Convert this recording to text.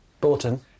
Borton